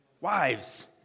Wives